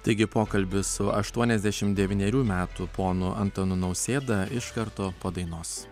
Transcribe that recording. taigi pokalbis su aštuoniasdešim devynerių metų ponu antanu nausėda iš karto po dainos